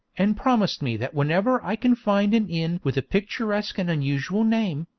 and promised me that wherever i can find an inn with a picturesque and unusual name,